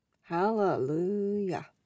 Hallelujah